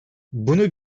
bunun